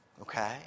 Okay